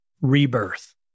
Rebirth